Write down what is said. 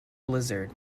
blizzard